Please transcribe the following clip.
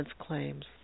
claims